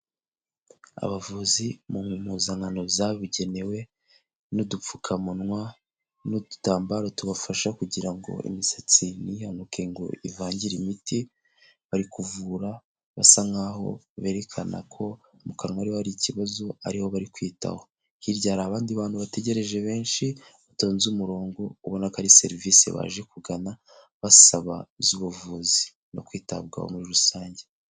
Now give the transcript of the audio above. Abavuzi mu mpuzankano zabugenewe n'udupfukamunwa n'udutambaro tubafasha kugira ngo imisatsi ntihanuke ngo ivangire imiti, bari kuvura basa nkaho berekana ko mu kanwa ariho hari ikibazo ariho bari kwitaho. Hirya hari abandi bantu bategereje benshi batonze umurongo, ubona ari serivisi baje kugana basaba z'ubuvuzi no kwitabwaho muri rusange.